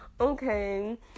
okay